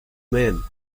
man